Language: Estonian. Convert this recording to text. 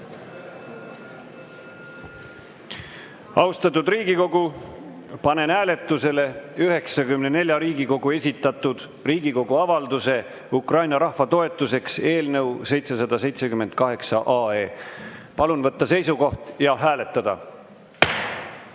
juurde. Austatud Riigikogu, panen hääletusele 94 Riigikogu liikme esitatud Riigikogu avalduse "Ukraina rahva toetuseks" eelnõu 778. Palun võtta seisukoht ja hääletada!